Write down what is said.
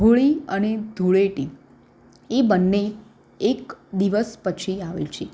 હોળી અને ધૂળેટી એ બંને એક દિવસ પછી આવે છે